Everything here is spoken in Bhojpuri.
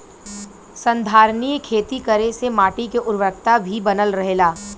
संधारनीय खेती करे से माटी के उर्वरकता भी बनल रहेला